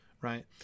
right